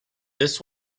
this